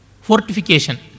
Fortification